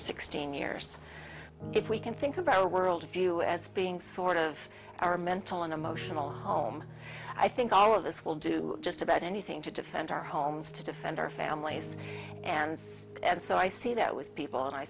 sixteen years if we can think about our world view as being sort of our mental and emotional home i think all of us will do just about anything to defend our homes to defend our families and and so i see that with people and i